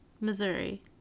Missouri